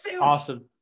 awesome